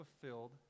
fulfilled